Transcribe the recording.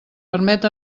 permet